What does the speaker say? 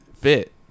fit